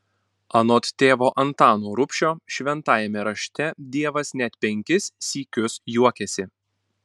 anot tėvo antano rubšio šventajame rašte dievas net penkis sykius juokiasi